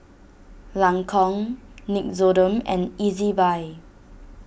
Lancome Nixoderm and Ezbuy